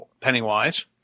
Pennywise